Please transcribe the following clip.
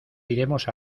iremos